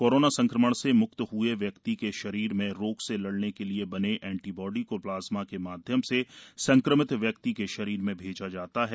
corona संक्रमण से मुक्त हुए व्यक्ति के शरीर में रोग से लड़ने के लिए बने एंटीबॉडी को प्लाज्मा के माध्यम से संक्रमित व्यक्ति के शरीर में भेजा जाता है